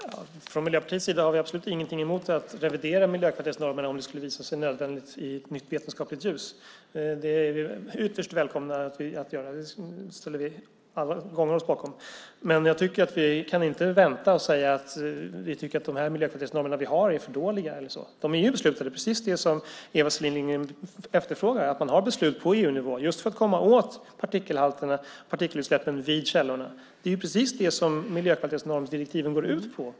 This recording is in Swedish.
Herr talman! Från Miljöpartiets sida har vi absolut ingenting emot att revidera miljökvalitetsnormerna om det skulle visa sig nödvändigt i ett nytt vetenskapligt ljus. Det är ytterst välkommet. Det ställer vi oss alla bakom. Men jag tycker inte att vi kan vänta och säga att vi tycker att de miljökvalitetsnormer vi har är för dåliga. De är ju beslutade, precis som Eva Selin Lindgren efterfrågar. Man har beslut på EU-nivå just för att komma åt partikelutsläppen vid källorna. Det är precis det som miljökvalitetsnormsdirektiven går ut på.